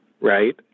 right